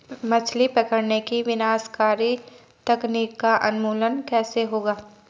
मछली पकड़ने की विनाशकारी तकनीक का उन्मूलन कैसे होगा?